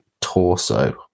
torso